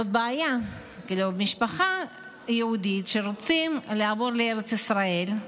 זאת בעיה, משפחה יהודית שרוצה לעבור לארץ ישראל,